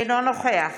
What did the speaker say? אינו נוכח